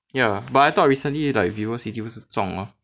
ya but I thought recently like VivoCity 不是中 lor